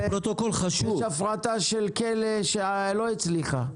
והייתה הפרטה של כלא שלא הצליחה.